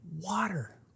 water